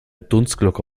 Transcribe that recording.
dunstglocke